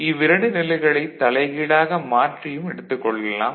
இவ்விரண்டு நிலைகளைத் தலைகீழாக மாற்றியும் எடுத்துக் கொள்ளலாம்